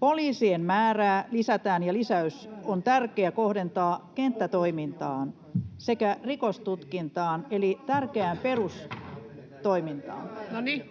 Poliisien määrää lisätään, ja lisäys on tärkeä kohdentaa kenttätoimintaan sekä rikostutkintaan eli tärkeään perustoimintaan. [Aki